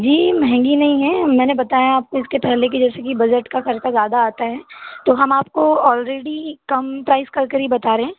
जी महंगी नहीं है मैंने बताया आपको इसके पहले की जैसे की बजट का खर्चा ज़्यादा आता है तो हम आपको ऑलरेडी कम प्राइस करके ही बता रहे हैं